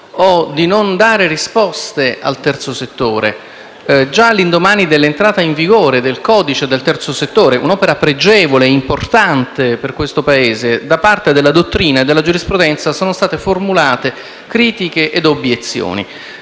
o di non dare risposte al terzo settore. Già all'indomani dell'entrata in vigore del codice del terzo settore, un'opera pregevole e importante per questo Paese, da parte della dottrina e della giurisprudenza sono state formulate critiche e obiezioni.